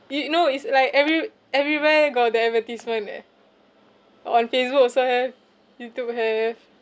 you know it's like every~ everywhere got that advertisement eh on facebook also have youtube have